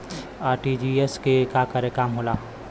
RTGS के का काम होला?